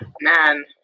man